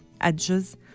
edges